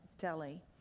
Delhi